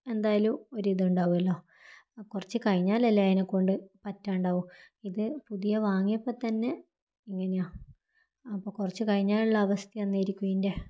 എന്തായാലും ഒര് ഇതുണ്ടാവുമല്ലോ കുറച്ച് കഴിഞ്ഞാലല്ലേ അതിനെക്കൊണ്ട് പറ്റാണ്ടാവു ഇത് പുതിയ വാങ്ങിയപ്പോൾ തന്നെ ഇങ്ങനെയാണ് അപ്പോൾ കുറച്ച് കഴിഞ്ഞാലുള്ള അവസ്ഥ എന്തായിരിക്കും ഇതിൻ്റെ